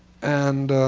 and